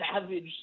savage